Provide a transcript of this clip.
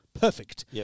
Perfect